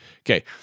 Okay